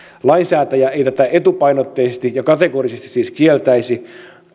lainsäätäjä ei tätä etupainotteisesti ja kategorisesti siis kieltäisi